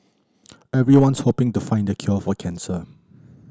everyone's hoping to find the cure for cancer